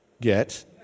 get